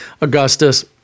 Augustus